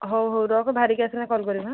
ହଉ ହଉ ରଖ ବାହାରିକି ଆସିଲେ କଲ୍ କରିବି ହାଁ